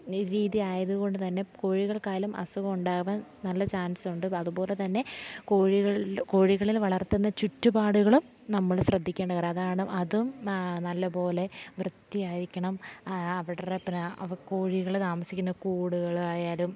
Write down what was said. രീതിയായതു കൊണ്ടു തന്നെ കോഴികൾക്കായാലും അസുഖം ഉണ്ടാകാൻ നല്ല ചാൻസുണ്ട് അതുപോലെ തന്നെ കോഴികൾ കോഴികളിൽ വളർത്തുന്ന ചുറ്റുപാടുകളും നമ്മൾ ശ്രദ്ധിക്കേണ്ടതാണ് അതാണ് അതും നല്ലതു പോലെ വൃത്തിയായിരിക്കണം അവരുടെ അവ കോഴികൾ താമസിക്കുന്ന കൂടുകൾ ആയാലും